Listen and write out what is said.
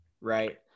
right